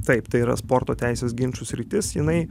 taip tai yra sporto teisės ginčų sritis jinai